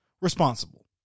responsible